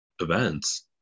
events